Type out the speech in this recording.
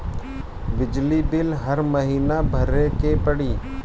बिजली बिल हर महीना भरे के पड़ी?